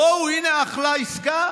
בואו, הינה, אחלה עסקה.